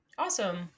awesome